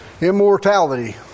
immortality